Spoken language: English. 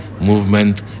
movement